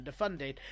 underfunded